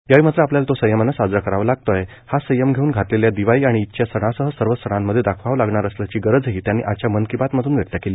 यावेळी मात्र आपल्याला तो संयमानं साजरा करावा लागतोय हाच संयम येऊ घातलेल्या दिवाळी आणि ईदच्या सणासह सर्वच सणांमधे दाखवावा लागणार असल्याची गरजही त्यांनी आजच्या मन की बात मधून व्यक्त केली